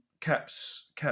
Caps